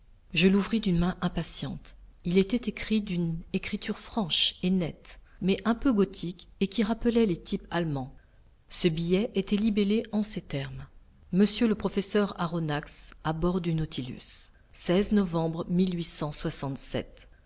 je l'ouvris d'une main impatiente il était écrit d'une écriture franche et nette mais un peu gothique et qui rappelait les types allemands ce billet était libellé en ces termes monsieur le professeur aronnax à bord du nautilus novembre